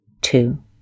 two